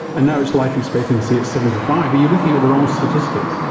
and now it's life expectancy at seventy five. are you looking at the wrong statistic?